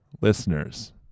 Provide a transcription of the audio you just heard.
listeners